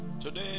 Today